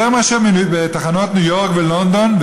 יותר מאשר בתחנות ניו יורק ולונדון,